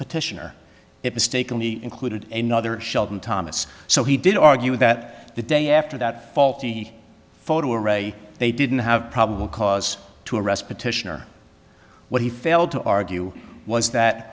petitioner it mistakenly included a nother shelton thomas so he didn't argue that the day after that faulty photo array they didn't have probable cause to arrest petitioner what he failed to argue was that